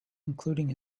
including